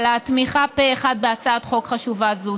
על התמיכה פה אחד בהצעת חוק חשובה זו.